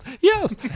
Yes